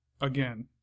again